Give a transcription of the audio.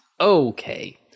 Okay